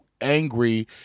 angry